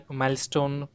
milestone